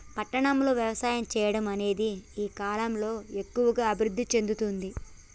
పట్టణం లో వ్యవసాయం చెయ్యడం అనేది ఈ కలం లో ఎక్కువుగా అభివృద్ధి చెందుతుంది